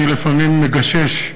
לפעמים אני מגשש,